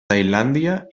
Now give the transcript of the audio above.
tailàndia